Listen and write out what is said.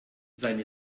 seine